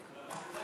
1